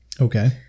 Okay